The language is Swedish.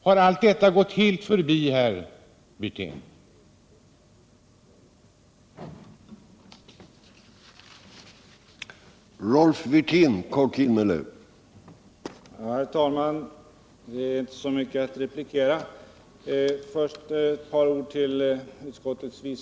Har allt detta gått herr Wirtén helt förbi?